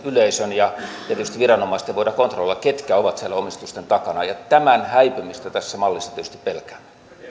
yleisön ja tietysti viranomaisten voida kontrolloida ketkä ovat siellä omistusten takana tämän häipymistä tässä mallissa tietysti pelkään